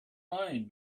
line